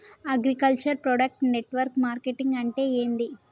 Agriculture product network marketing అంటే ఏంది?